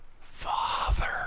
father